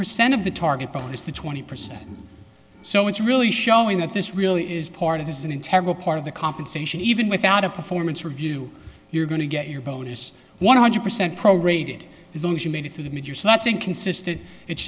percent of the target bonus to twenty percent so it's really showing that this really is part of his integrity part of the compensation even without a performance review you're going to get your bonus one hundred percent prorated as long as you made it through the mid year so that's inconsistent it's